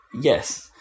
Yes